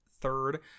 third